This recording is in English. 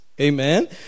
Amen